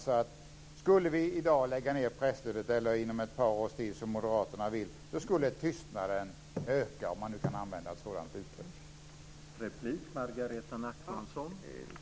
Skulle vi i dag eller inom ett par års tid, som moderaterna vill, lägga ned presstödet hävdar jag att tystnaden skulle sprida sig.